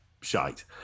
shite